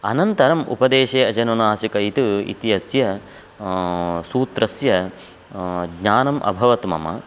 अनन्तरम् उपदेशे अजनुनासिक इत् इत्यस्य सूत्रस्य ज्ञानम् अभवत् मम